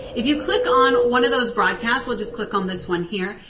if you click on one of those broadcasts, we'll just click on this one here,